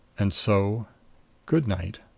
and so good night.